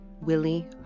Willie